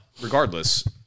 regardless